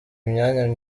imyanya